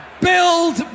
Build